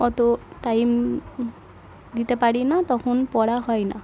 অত টাইম দিতে পারি না তখন পড়া হয় না